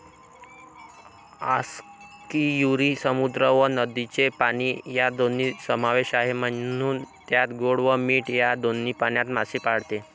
आस्कियुरी समुद्र व नदीचे पाणी या दोन्ही समावेश आहे, म्हणून त्यात गोड व मीठ या दोन्ही पाण्यात मासे पाळते